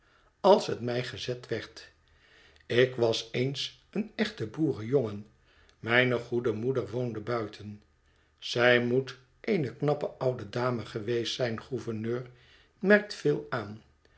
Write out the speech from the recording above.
als het mij gezet werd ik was eens een echte boerenjongen mijne goede moeder woonde buiten zij moet eene knappe oude dame geweest zijn gouverneur merkt phil aan